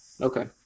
Okay